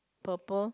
purple